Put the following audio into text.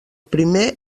primer